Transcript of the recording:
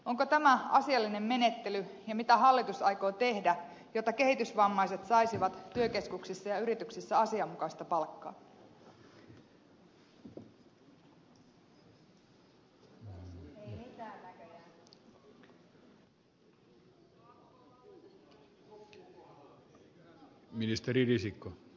onko tämä asiallinen menettely ja mitä hallitus aikoo tehdä jotta kehitysvammaiset saisivat työkeskuksissa ja yrityksissä asianmukaista palkkaa